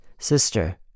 Sister